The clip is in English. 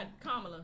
Kamala